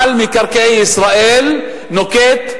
מינהל מקרקעי ישראל נוקט,